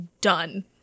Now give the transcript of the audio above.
done